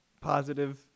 positive